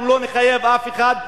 אנחנו לא נחייב אף אחד,